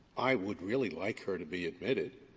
i would really like her to be admitted,